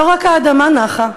לא רק האדמה נחה,